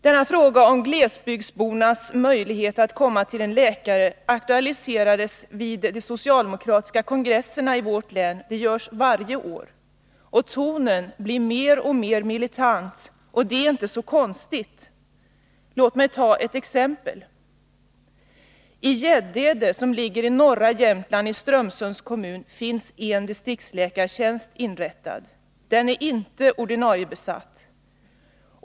Denna fråga om glesbygdsbornas möjlighet att komma till en läkare aktualiserades vid den socialdemokratiska kongressen i vårt län. Det görs varje år, och tonen blir mer och mer militant. Och det är inte så konstigt. Låt mig ta ett exempel: I Gäddede, som ligger i Strömsunds kommun i norra Jämtland, finns en distriktsläkartjänst inrättad. Den är inte ordinariebesatt.